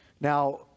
Now